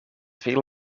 veel